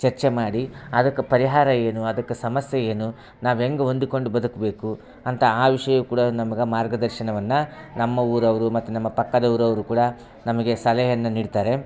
ಚರ್ಚೆ ಮಾಡಿ ಅದಕ್ಕೆ ಪರಿಹಾರ ಏನು ಅದಕ್ಕೆ ಸಮಸ್ಯೆ ಏನು ನಾವು ಹೆಂಗೆ ಹೊಂದಿಕೊಂಡು ಬದುಕಬೇಕು ಅಂತ ಆ ವಿಷಯ ಕೂಡ ನಮ್ಗ ಮಾರ್ಗದರ್ಶನವನ್ನ ನಮ್ಮ ಊರವರು ಮತ್ತು ನಮ್ಮ ಪಕ್ಕದ ಊರವರು ಕೂಡ ನಮಗೆ ಸಲಹೆಯನ್ನ ನೀಡ್ತಾರೆ